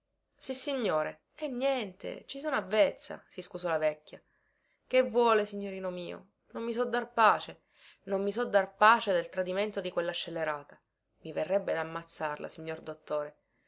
notte sissignore è niente ci sono avvezza si scusò la vecchia che vuole signorino mio non mi so dar pace non mi so dar pace del tradimento di quella scellerata i verrebbe dammazzarla signor dottore